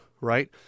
right